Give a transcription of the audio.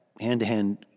hand-to-hand